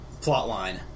plotline